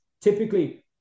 typically